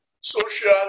social